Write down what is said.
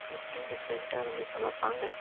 different டிஃப்ரெண்ட்டாக வந்து சமைப்பாங்க